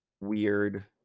weird